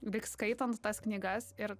lyg skaitant tas knygas ir